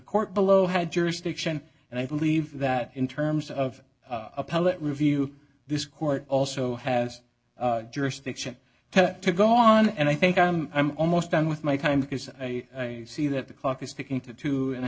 court below had jurisdiction and i believe that in terms of appellate review this court also has jurisdiction to go on and i think i'm i'm almost done with my time because i see that the clock is ticking to two and a